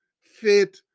faith